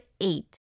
eight